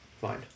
Fine